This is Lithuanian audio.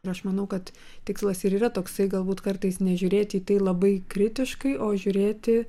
aš manau kad tikslas ir yra toksai galbūt kartais nežiūrėti į tai labai kritiškai o žiūrėti